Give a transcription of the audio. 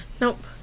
Nope